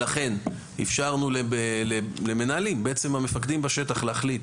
לכן, אפשרנו למנהלים, בעצם המפקדים בשטח, להחליט